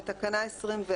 בתקנה 24